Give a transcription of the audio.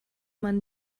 man